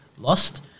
lost